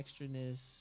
extraness